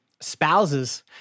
spouses